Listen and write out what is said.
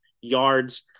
yards